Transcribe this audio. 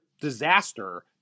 disaster